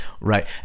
Right